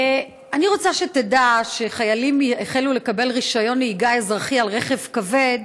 אני רוצה שתדע שחיילים החלו לקבל רישיון נהיגה אזרחי על רכב כבד